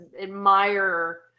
admire